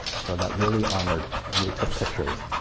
so i got really honored, and we took pictures.